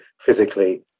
physically